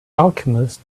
alchemist